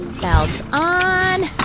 on.